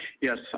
Yes